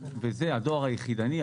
של הדואר היחידני,